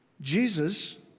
jesus